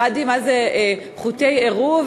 למדתי מה זה חוטי עירוב,